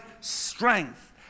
strength